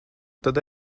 tad